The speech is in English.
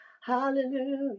hallelujah